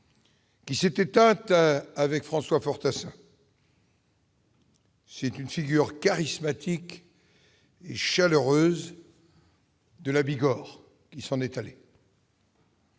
qui s'est éteinte avec François Fortassin. C'est une figure charismatique et chaleureuse de la Bigorre qui s'en est allée.